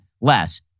less